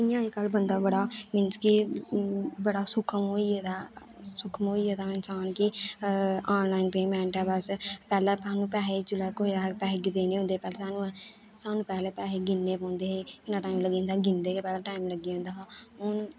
इ'यां अज्ज कल बंदा बड़ा मींस कि बड़ा सूखम होई गेदा ऐ सूखम होई गेदा इंसान कि आनलाइन पेमेंट बास्तै पैह्ले सानूं पैहे जुल्लै कुसै गी पैहे देने होंदे पैह्लें सानूं पैह्लें पैसे गिनने पौंदे हे किन्ना टाइम लग्गी जंदा गिनदे गै पैह्लें टाइम लग्गी जंदा हा हून